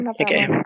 Okay